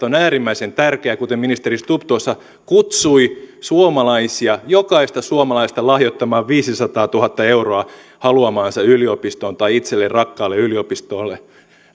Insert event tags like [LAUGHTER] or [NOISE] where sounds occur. [UNINTELLIGIBLE] on äärimmäisen tärkeää kuten ministeri stubb tuossa kutsui suomalaisia jokaista suomalaista lahjoittamaan viisisataatuhatta euroa haluamaansa yliopistoon tai itselle rakkaalle yliopistolle